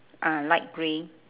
ah light grey